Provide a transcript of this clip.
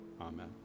Amen